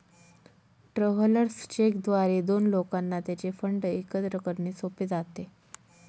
travellers cheque द्वारे दोन लोकांना त्यांचे फंड एकत्र करणे सोपे जाते